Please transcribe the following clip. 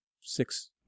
six